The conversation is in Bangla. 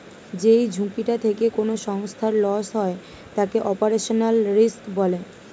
যেই ঝুঁকিটা থেকে কোনো সংস্থার লস হয় তাকে অপারেশনাল রিস্ক বলে